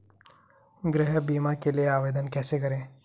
गृह बीमा के लिए आवेदन कैसे करें?